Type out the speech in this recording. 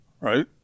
right